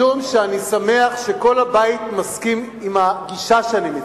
משום שאני שמח שכל הבית מסכים עם הגישה שאני מציג,